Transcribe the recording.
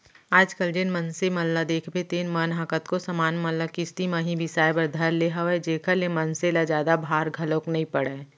आज कल जेन मनसे मन ल देखबे तेन मन ह कतको समान मन ल किस्ती म ही बिसाय बर धर ले हवय जेखर ले मनसे ल जादा भार घलोक नइ पड़य